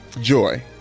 Joy